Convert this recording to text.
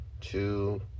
two